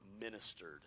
ministered